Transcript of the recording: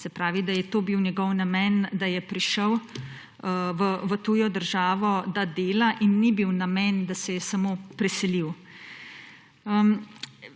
se pravi, da je bil njegov namen, da je prišel v tujo državo, da bo delal, in ni bil namen, da se je samo preselil.